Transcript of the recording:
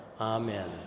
Amen